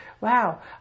wow